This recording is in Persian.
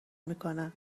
میکنه